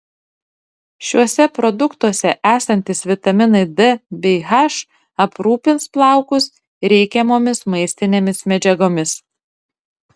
šiuose produktuose esantys vitaminai d bei h aprūpins plaukus reikiamomis maistinėmis medžiagomis